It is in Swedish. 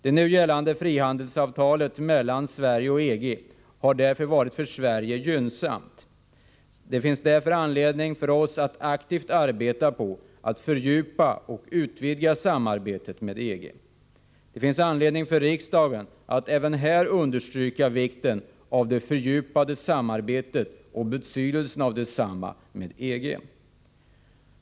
Det nu gällande frihandelsavtalet mellan Sverige och EG har därför för Sverige varit gynnsamt. Det finns därför anledning för oss att aktivt arbeta på att fördjupa och utvidga samarbetet med EG. Det finns anledning för riksdagen att även här understryka vikten av det fördjupade samarbetet och betydelsen av detsamma med EG.